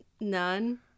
None